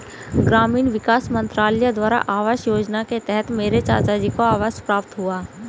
ग्रामीण विकास मंत्रालय द्वारा आवास योजना के तहत मेरे चाचाजी को आवास प्राप्त हुआ